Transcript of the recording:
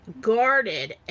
guarded